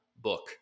book